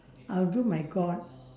I will do my god